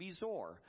Bezor